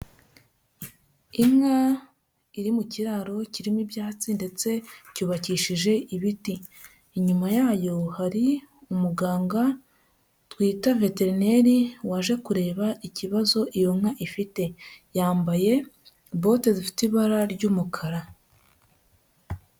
Inka iri mu kiraro kirimo ibyatsi ndetse cyubakishije ibiti, inyuma yayo hari umuganga twita veterineri waje kureba ikibazo iyo nka ifite; yambaye bote zifite ibara ry'umukara.